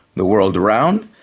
the world around,